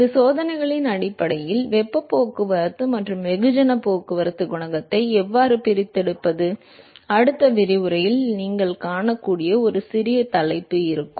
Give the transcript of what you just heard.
இந்த சோதனைகளின் அடிப்படையில் வெப்ப போக்குவரத்து மற்றும் வெகுஜன போக்குவரத்து குணகத்தை எவ்வாறு பிரித்தெடுப்பது அடுத்த விரிவுரையில் நீங்கள் காணக்கூடிய ஒரு சிறிய தலைப்பு இருக்கும்